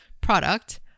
Product